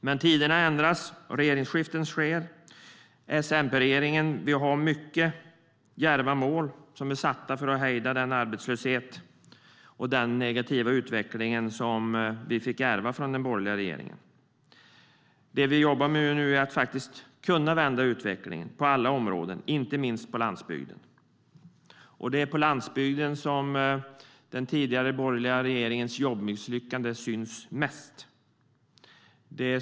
Men tiderna förändras och regeringsskiften sker. S-MP-regeringen har många djärva mål som satts upp för att hejda den arbetslöshet och negativa utveckling som vi fick ärva från den borgerliga regeringen. Nu jobbar vi med att vända utvecklingen på alla områden, inte minst gäller det landsbygden. Det är på landsbygden den tidigare borgerliga regeringens jobbmisslyckande syns tydligast.